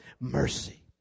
Mercy